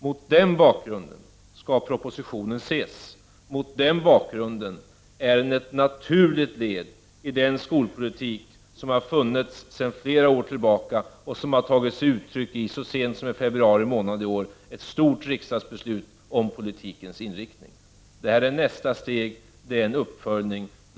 Mot den bakgrunden skall propositionen ses, och mot den bakgrunden är den ett naturligt led i den skolpolitik som förs sedan flera år tillbaka och som så sent som i februari månad tog sig uttryck i ett stort riksdagsbeslut om politikens inriktning. Det här är nästa steg, en uppföljning.